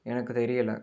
எனக்கு தெரியல